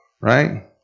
right